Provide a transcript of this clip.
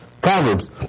Proverbs